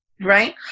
Right